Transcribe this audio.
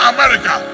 America